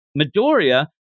midoriya